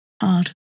Hard